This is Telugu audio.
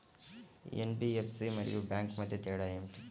ఎన్.బీ.ఎఫ్.సి మరియు బ్యాంక్ మధ్య తేడా ఏమిటి?